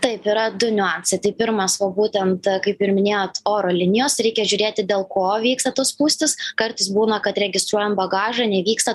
taip yra du niuansai tai pirmas va būtent kaip ir minėjot oro linijos reikia žiūrėti dėl ko vyksta tos spūstys kartais būna kad registruojant bagažą nevyksta